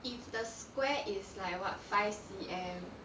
if the square is like what five C_M